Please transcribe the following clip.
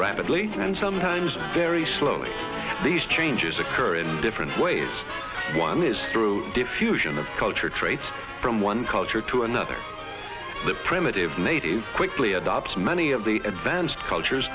rapidly and sometimes very slowly these changes occur in different ways one is through diffusion of culture traits from one culture to another the primitive native quickly adopts many of the advanced cultures